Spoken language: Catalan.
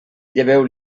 lleveu